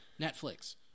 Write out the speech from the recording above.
Netflix